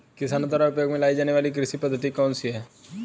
किसानों द्वारा उपयोग में लाई जाने वाली कृषि पद्धतियाँ कौन कौन सी हैं?